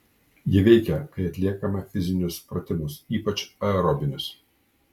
ji veikia kai atliekame fizinius pratimus ypač aerobinius